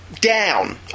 down